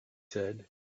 said